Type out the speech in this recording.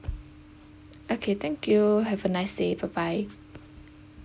okay thank you have a nice day bye bye